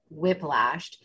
whiplashed